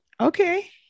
Okay